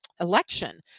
election